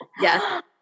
Yes